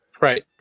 right